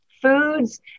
foods